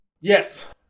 Yes